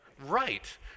right